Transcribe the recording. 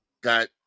got